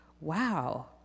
Wow